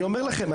אני אומר לכם,